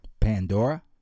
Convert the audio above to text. pandora